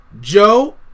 Joe